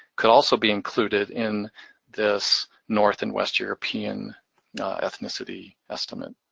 could also be included in this north and west european ethnicity estimate.